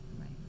Right